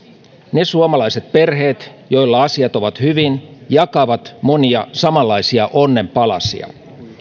ne suomalaiset perheet joilla asiat ovat hyvin jakavat monia samanlaisia onnen palasia